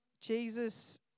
Jesus